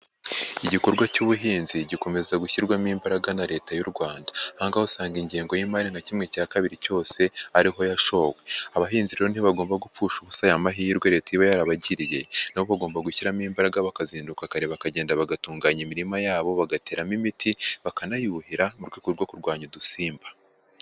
Igikorwa cy'ubuhinzi gikomeza gushyirwamo imbaraga na Leta y'u Rwanda. Aha ngaha usanga ingengo y'imari nka kimwe cya kabiri cyose, ari ho yashowe. Abahinzi rero ntibagomba gupfusha ubusa aya mahirwe Leta iba yarabagiriye, na bo bagomba gushyiramo imbaraga bakazinduka kare bakagenda bagatunganya imirima yabo, bagateramo imiti, bakanayuhira mu rwego rwo kurwanya udusimba.